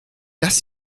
dass